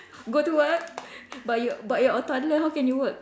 go to work but you but you're a toddler how can you work